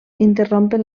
interrompen